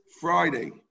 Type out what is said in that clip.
Friday